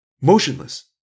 motionless